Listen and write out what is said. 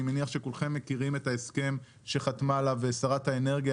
אני מניח שכולכם מכירים את ההסכם שחתמה עליו שרת האנרגיה